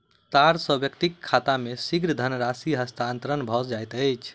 तार सॅ व्यक्तिक खाता मे शीघ्र धनराशि हस्तांतरण भ जाइत अछि